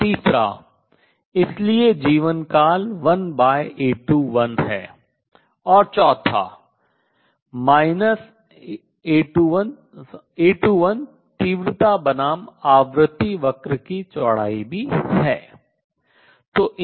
और तीसरा इसलिए जीवनकाल 1A21 है और चौथा A21 तीव्रता बनाम आवृत्ति वक्र की चौड़ाई भी है